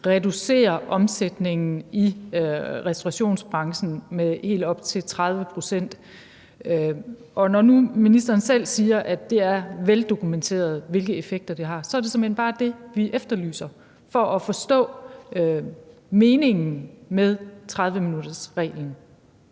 reducerer omsætningen i restaurationsbranchen med helt op til 30 pct. Når nu ministeren selv siger, at det er veldokumenteret, hvilke effekter det har, så er det såmænd bare en begrundelse for det, vi efterlyser, for at forstå meningen med 30-minuttersreglen.